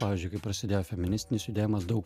pavyzdžiui kai prasidėjo feministinis judėjimas daug